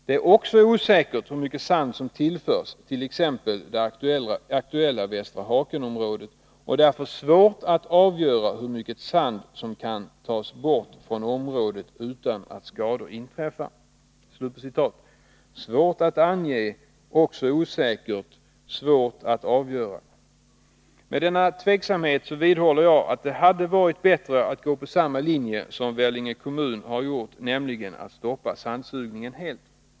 Det är också osäkert hur mycket sand som tillförs t.ex. det aktuella Västra Haken-området och därför svårt att avgöra hur mycket sand som kan tas bort från området utan att skador inträffar.” Observera följande uttryck: ”Det är svårt att ange -—--"”,”-—-— också osäkert ---”,”——— svårt att avgöra ———.” Jag vidhåller att det med denna tveksamhet hade varit bättre att följa samma linje som Vellinge kommun har gjort, nämligen att stoppa sandsugningen helt.